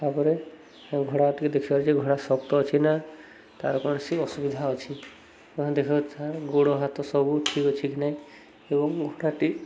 ତା'ପରେ ଘୋଡ଼ା ଟିକେ ଦେଖିବା ଯେ ଘୋଡ଼ା ଶକ୍ତ ଅଛି ନା ତା'ର କୌଣସି ଅସୁବିଧା ଅଛି ଦେଖାଉ ଗୋଡ଼ ହାତ ସବୁ ଠିକ୍ ଅଛି କି ନାହିଁ ଏବଂ ଘୋଡ଼ାଟି